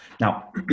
Now